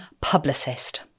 publicist